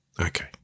Okay